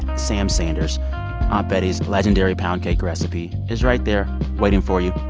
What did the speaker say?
samsanders, aunt betty's legendary pound cake recipe is right there waiting for you.